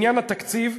בעניין התקציב,